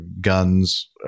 guns